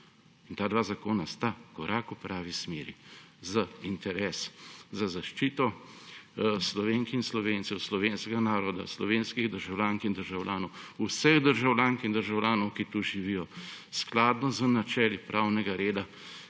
in ta dva zakona sta korak v pravi smeri za interes, za zaščito Slovenk in Slovencev, slovenskega naroda, slovenskih državljank in državljanov, vseh državljank in državljanov, ki tu živijo, skladno z načeli pravnega reda